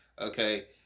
Okay